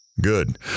Good